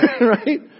Right